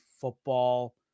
football